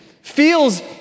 feels